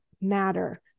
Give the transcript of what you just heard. matter